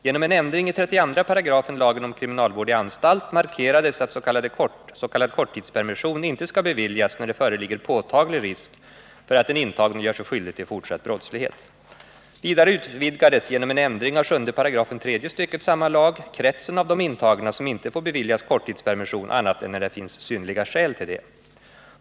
Genom en ändring i 32 § lagen om kriminalvård i anstalt markerades att s.k. korttidspermission inte skall beviljas när det föreligger påtaglig risk för att den intagne gör sig skyldig till fortsatt brottslighet. Vidare utvidgades genom en ändring av 7§ tredje stycket samma lag kretsen av de intagna som inte får beviljas korttidspermission annat än när det finns synnerliga skäl till det.